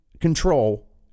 control